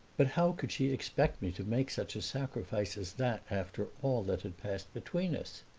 but how could she expect me to make such a sacrifice as that after all that had passed between us?